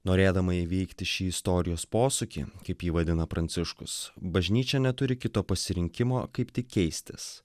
norėdama įveikti šį istorijos posūkį kaip jį vadina pranciškus bažnyčia neturi kito pasirinkimo kaip tik keistis